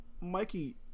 Mikey